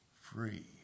free